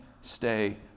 stay